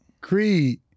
Creed